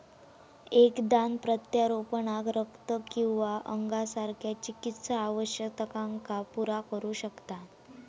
एक दान प्रत्यारोपणाक रक्त किंवा अंगासारख्या चिकित्सा आवश्यकतांका पुरा करू शकता